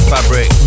Fabric